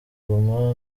guma